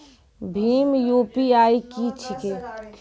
भीम UPI की छीके?